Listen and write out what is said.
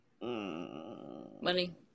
Money